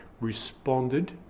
responded